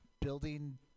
building